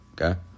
okay